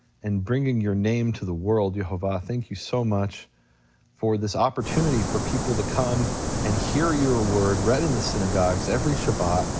and bringing your name to the world, yehovah, thank you so much for this opportunity for people to come and hear your word read in the synagogues every shabbat,